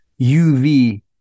UV